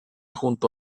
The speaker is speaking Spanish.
junto